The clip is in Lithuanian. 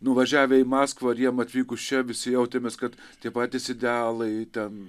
nuvažiavę į maskvą ir jiem atvykus čia visi jautėmės kad tie patys idealai ten